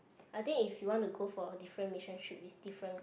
I think if you wanna go for a different mission trip is different